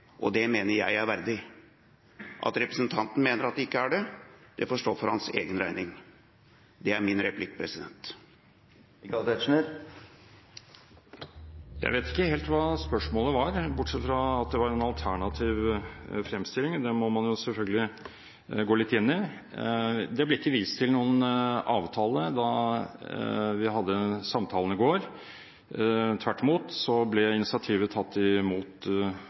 og det mener jeg er verdig. At representanten mener at det ikke er det, får stå for hans egen regning. Det er min replikk. Jeg vet ikke helt hva spørsmålet var, bortsett fra at det var en alternativ fremstilling. Det må man selvfølgelig gå litt inn i. Det ble ikke vist til noen avtale da vi hadde samtalen i går – tvert imot ble initiativet tatt imot